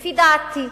לפי דעתי,